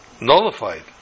nullified